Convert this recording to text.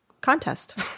contest